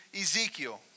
Ezekiel